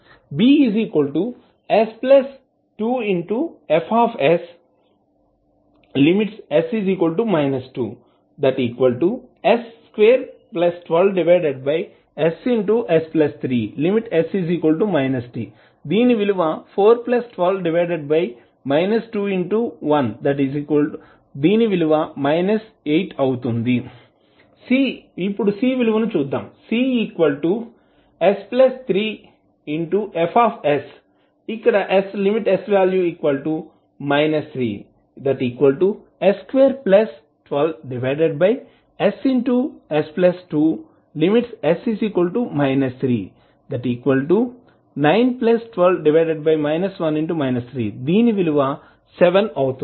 AsFs|s0s212s2s3|s012232 Bs2Fs|s 2s212ss3|s 2412 8 Cs3Fs|s 3s212ss2|s 39127 అవుతుంది